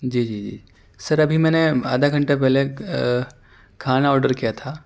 جی جی جی سر ابھی میں نے آدھا گھنٹہ پہلے کھانا آرڈر کیا تھا